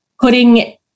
putting